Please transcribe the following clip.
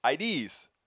ID's